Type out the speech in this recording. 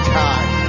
time